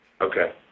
Okay